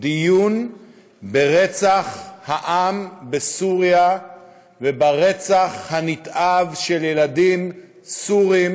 דיון על רצח העם בסוריה והרצח הנתעב של ילדים סורים,